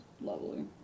lovely